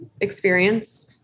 experience